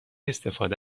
استفاده